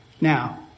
Now